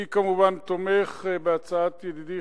אני כמובן תומך בהצעת ידידי,